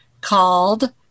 called